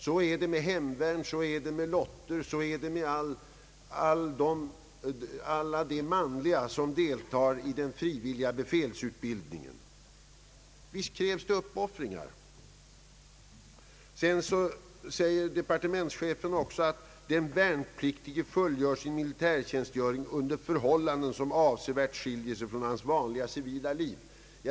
Så är det med hemvärnsmän, lotitor och alla de män som deltar i den frivilliga befälsutbildningen. Visst krävs det uppoffringar! Departementschefen säger att den värnpliktige fullgör sin militärtjänstgöring under förhållanden som avsevärt skiljer sig från hans civila liv.